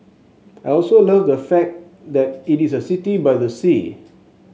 I also love the fact that it is a city by the sea